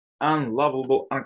unlovable